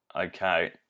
Okay